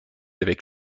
avec